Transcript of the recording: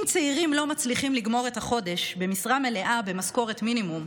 אם צעירים לא מצליחים לגמור את החודש במשרה מלאה במשכורת מינימום,